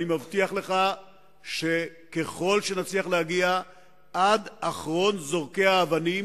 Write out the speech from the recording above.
אני מבטיח לך שככל שנצליח להגיע עד אחרון זורקי האבנים,